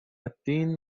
الدین